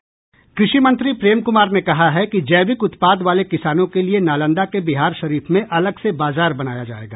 कृषि मंत्री प्रेम कुमार ने कहा है कि जैविक उत्पाद वाले किसानों के लिए नालंदा के बिहारशरीफ में अलग से बाजार बनाया जायेगा